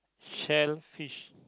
shellfish